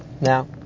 Now